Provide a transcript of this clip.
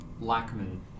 Lackman